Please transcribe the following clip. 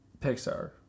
Pixar